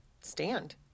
stand